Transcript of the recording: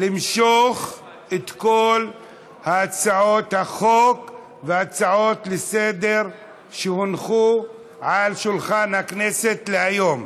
למשוך את כל הצעות החוק וההצעות לסדר-היום שהונחו על שולחן הכנסת להיום.